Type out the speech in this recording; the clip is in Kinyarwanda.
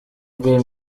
gor